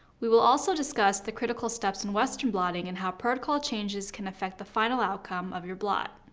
we will also discuss the critical steps in western blotting and how protocol changes can affect the final outcome of your blot.